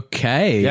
Okay